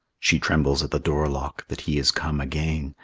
she trembles at the door-lock that he is come again,